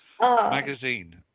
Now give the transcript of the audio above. Magazine